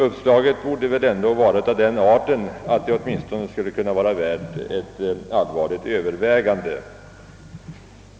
Uppslaget borde väl ändå kunna anses vara av den arten att det åtminstone är värt ett allvarligt övervägande.